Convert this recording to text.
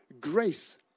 grace